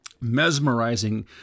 mesmerizing